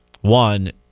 One